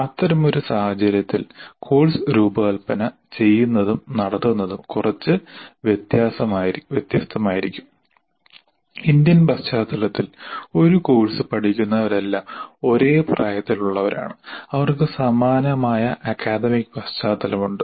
അത്തരമൊരു സാഹചര്യത്തിൽ കോഴ്സ് രൂപകൽപ്പന ചെയ്യുന്നതും നടത്തുന്നതും കുറച്ച് വ്യത്യസ്തമായിരിക്കും ഇന്ത്യൻ പശ്ചാത്തലത്തിൽ ഒരു കോഴ്സ് പഠിക്കുന്നവരെല്ലാം ഒരേ പ്രായത്തിലുള്ളവരാണ് അവർക്ക് സമാനമായ അക്കാദമിക് പശ്ചാത്തലമുണ്ട്